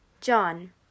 John